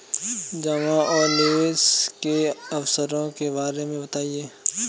जमा और निवेश के अवसरों के बारे में बताएँ?